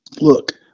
look